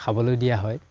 খাবলৈ দিয়া হয়